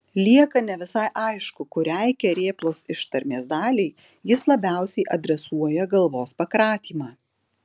lieka ne visai aišku kuriai kerėplos ištarmės daliai jis labiausiai adresuoja galvos pakratymą